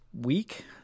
week